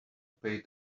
paid